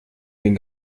den